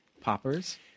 poppers